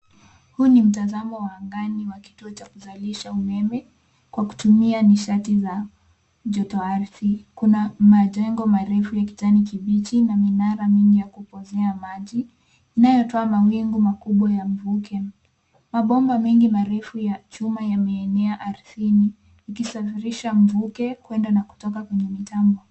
Huu ni mtazamo wa angani wa kituo cha kuzalisha umeme kwa kutumia nishati za joto ardhi. Kuna majengo marefu ya kijani kibichi na minara mingi kupozea maji inayotoa mawingu makubwa ya mvuke. Mabomba mingi marefu ya chuma yameenea ardhini ikisafirisha mvuke kuenda na kutoka kwenye mitambo.